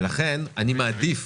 אני מעדיף